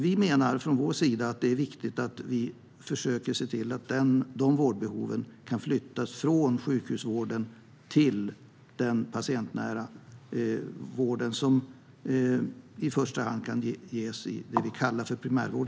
Från vår sida menar vi att det är viktigt att vi försöker se till att de vårdbehoven kan flyttas från sjukhusvården till den patientnära vård som i första hand kan ges inom vad vi i Sverige kallar för primärvård.